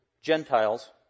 Gentiles